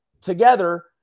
together